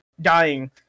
dying